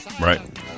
right